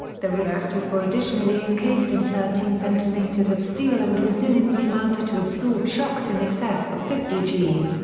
the reactors were additionally encased in thirteen centimetres of steel and resiliently mounted to absorb shocks in excess of fifty g.